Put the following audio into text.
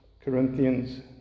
Corinthians